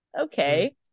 Okay